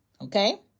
okay